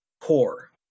Core